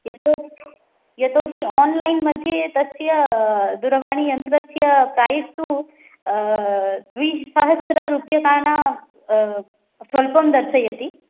यतो यतोऽहि आन्लैन् मध्ये तस्य दूरवाणीयन्त्रस्य प्रैस् तु द्विसहस्त्ररूप्यकाणां स्वल्पं दर्शयति